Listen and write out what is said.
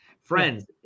Friends